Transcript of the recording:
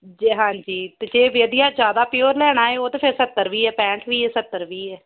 ਜੀ ਹਾਂਜੀ ਅਤੇ ਜੇ ਵਧੀਆ ਜਿਆਦਾ ਪਿਓਰ ਲੈਣਾ ਹੈ ਉਹ ਤਾਂ ਫਿਰ ਸੱਤਰ ਵੀ ਹੈ ਪੈਂਠ ਵੀ ਹੈ ਸੱਤਰ ਵੀ ਹੈ